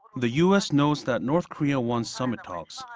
the u s. knows that north korea wants summit talks. um